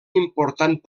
important